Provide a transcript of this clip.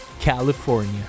California